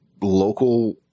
local